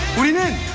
we didn't